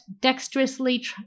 dexterously